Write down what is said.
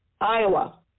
Iowa